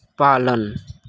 पालन